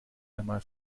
einmal